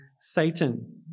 Satan